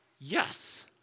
Yes